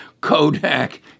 Kodak